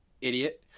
Idiot